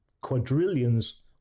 quadrillions